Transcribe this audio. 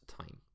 time